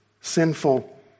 sinful